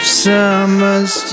summers